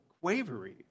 quavery